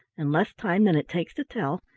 in less time than it takes to tell,